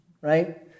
right